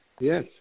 Yes